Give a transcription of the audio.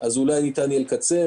אולי ניתן יהיה לקצר.